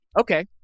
Okay